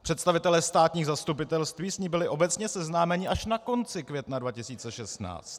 Představitelé státních zastupitelství slíbili obecně seznámení až na konci května 2016.